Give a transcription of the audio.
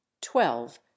twelve